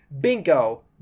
Bingo